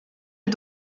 est